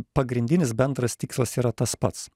pagrindinis bendras tikslas yra tas pats